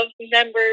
members